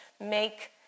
make